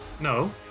No